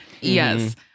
Yes